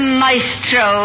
maestro